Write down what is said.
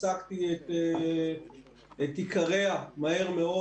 הצגתי את עיקריה מהר מאוד.